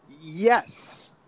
Yes